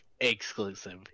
exclusive